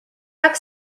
tak